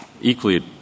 equally